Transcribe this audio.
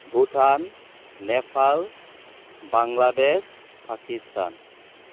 Bhutan Nepal Bangladesh Pakistan